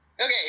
okay